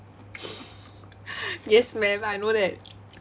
yes ma'am I know that